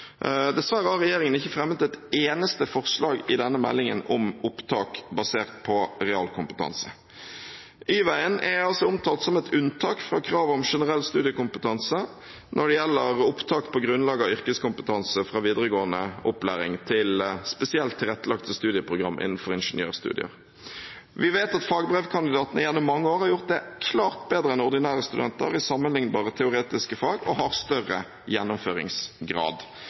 Dessverre har regjeringen ikke fremmet et eneste forslag i denne meldingen om opptak basert på realkompetanse. Y-veien er omtalt som et unntak fra kravet om generell studiekompetanse når det gjelder opptak på grunnlag av yrkeskompetanse fra videregående opplæring til spesielt tilrettelagte studieprogrammer innenfor ingeniørstudiet. Vi vet at fagbrevkandidatene gjennom mange år har gjort det klart bedre enn ordinære studenter i sammenliknbare teoretiske fag, og har hatt større gjennomføringsgrad.